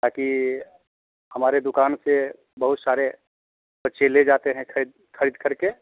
ताकि हमारी दुकान से बहुत सारे बच्चे ले जाते हैं ख़रीद ख़रीद कर के